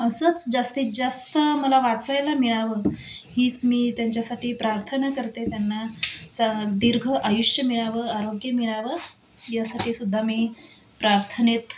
असंच जास्तीत जास्त मला वाचायला मिळावं हीच मी त्यांच्यासाठी प्रार्थना करते त्यांना चा दीर्घ आयुष्य मिळावं आरोग्य मिळावं यासाठी सुद्धा मी प्रार्थनेत